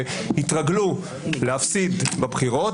שהתרגלו להפסיד בבחירות,